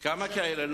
כמה כאלה?